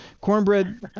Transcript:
Cornbread